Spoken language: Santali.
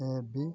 A B